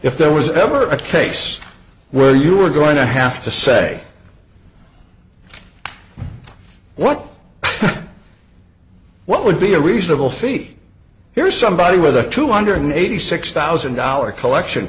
if there was ever a case where you were going to have to say what what would be a reasonable feat here's somebody with a two hundred eighty six thousand dollar collection